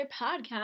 podcast